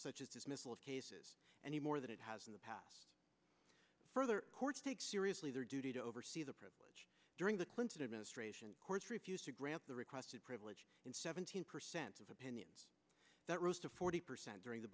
such as dismissal of cases anymore than it has in the past further courts take seriously their duty to oversee the privilege during the clinton administration of course refused to grant the requested privilege in seventeen percent of opinions that rose to forty percent during the